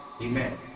Amen